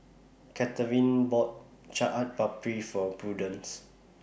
Katharyn bought Chaat Papri For Prudence